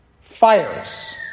Fires